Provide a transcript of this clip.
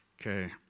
Okay